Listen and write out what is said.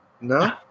No